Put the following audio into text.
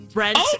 Brent